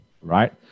right